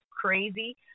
crazy